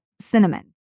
cinnamon